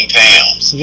pounds